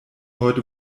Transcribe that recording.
heute